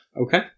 Okay